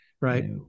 Right